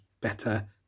better